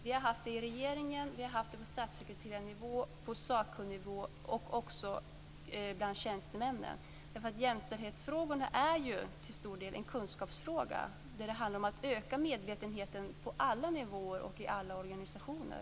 Vi har haft det i regeringen, på statssekreterarnivå, på sakkunnignivå och även bland tjänstemännen. Jämställdhetsfrågorna är ju till stor del en kunskapsfråga där det handlar om att öka medvetenheten på alla nivåer och i alla organisationer.